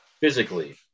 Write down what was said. physically